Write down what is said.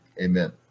Amen